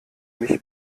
mich